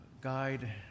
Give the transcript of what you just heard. guide